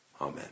Amen